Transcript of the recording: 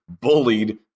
bullied